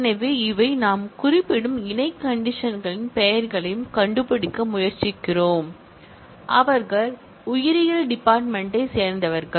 எனவே இவை நாம் குறிப்பிடும் இணை கண்டிர்களின் பெயரையும் கண்டுபிடிக்க முயற்சிக்கிறோம் அவர்கள் உயிரியல் டிபார்ட்மென்ட் யைச் சேர்ந்தவர்கள்